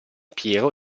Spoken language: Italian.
piero